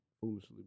foolishly